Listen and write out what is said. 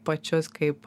pačius kaip